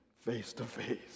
face-to-face